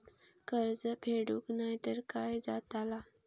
कर्ज फेडूक नाय तर काय जाताला?